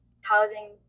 housing